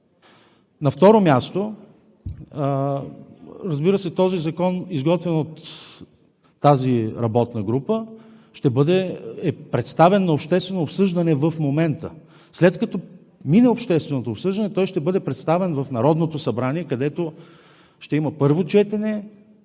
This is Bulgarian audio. На второ място, разбира се, този закон, изготвен от работната група, е представен на обществено обсъждане в момента. След като мине общественото обсъждане, той ще бъде представен в Народното събрание, където ще има първо четене,